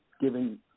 giving